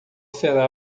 será